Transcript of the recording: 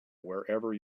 wherever